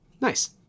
nice